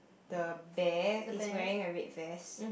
the bear is wearing a red vest